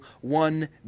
one